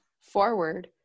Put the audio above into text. forward